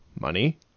Money